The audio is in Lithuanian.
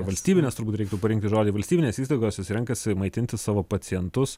valstybinės turbūt reiktų parinkti žodį valstybinės įstaigos jos renkasi maitinti savo pacientus